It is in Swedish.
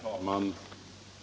Herr talman!